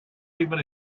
even